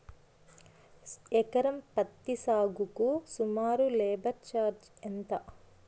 ఎకరం పత్తి సాగుకు సుమారు లేబర్ ఛార్జ్ ఎంత?